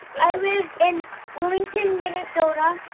i live in wilmington, minn. and sort of